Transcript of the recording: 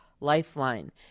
Lifeline